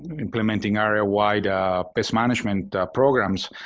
implementing area-wide pest management programs.